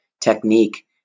technique